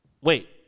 Wait